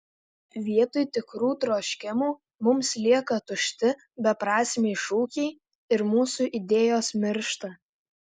vietoj tikrų troškimų mums lieka tušti beprasmiai šūkiai ir mūsų idėjos miršta